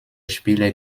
spieler